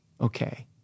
okay